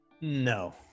No